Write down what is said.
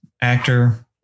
actor